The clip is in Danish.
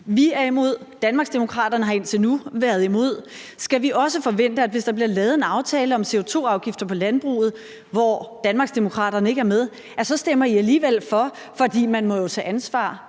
Vi er imod, og Danmarksdemokraterne har indtil nu været imod. Skal vi også forvente, at hvis der bliver lavet en aftale om CO2-afgifter på landbruget, hvor Danmarksdemokraterne ikke er med, så stemmer I alligevel for, fordi man jo må tage et ansvar?